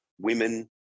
women